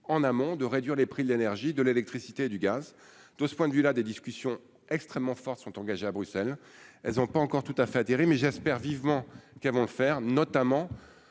en amont, de réduire les prix de l'énergie, de l'électricité et du gaz, de ce point de vue là des discussions extrêmement fortes sont engagés à Bruxelles, elles ont pas encore tout à fait atterri mais j'espère vivement qu'elles vont le faire notamment,